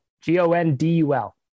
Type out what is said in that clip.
G-O-N-D-U-L